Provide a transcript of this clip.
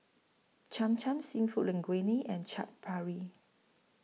Cham Cham Seafood Linguine and Chaat Papri